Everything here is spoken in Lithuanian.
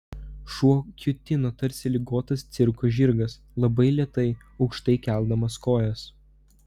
šuo kiūtino tarsi ligotas cirko žirgas labai lėtai aukštai keldamas kojas